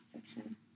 fiction